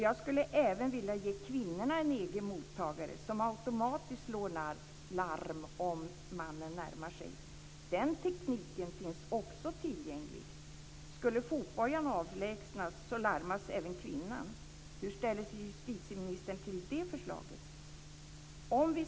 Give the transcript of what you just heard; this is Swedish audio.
Jag skulle även vilja ge kvinnorna en egen mottagare, som automatiskt slår larm om mannen närmar sig. Den tekniken finns också tillgänglig. Skulle fotbojan avlägsnas larmas även kvinnan. Hur ställer sig justitieministern till det förslaget?